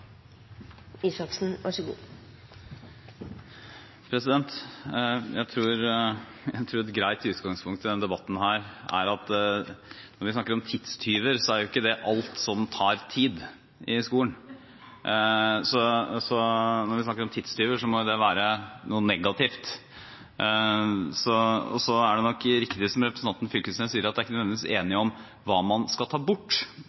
jo ikke det i betydningen alt som tar tid i skolen. Når vi snakker om tidstyver, må jo det være noe negativt. Så er det nok riktig som representanten Knag Fylkesnes sier, at det er ikke nødvendigvis enighet om hva man skal ta bort.